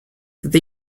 the